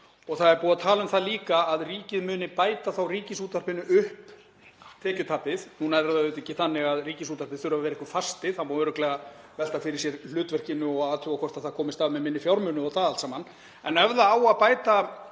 og það er búið að tala um það líka að ríkið muni bæta Ríkisútvarpinu upp tekjutapið — nú er það auðvitað ekki þannig að Ríkisútvarpið þurfi að vera einhver fasti, það má örugglega velta fyrir sér hlutverkinu og athuga hvort það komist af með minni fjármuni og það allt saman. En ef það á að bæta